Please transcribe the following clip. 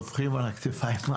טופחים על הכתפיים.